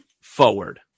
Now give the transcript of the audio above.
forward